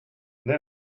there